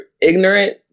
ignorant